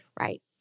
right